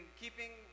keeping